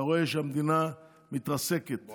אתה רואה שהמדינה מתרסקת,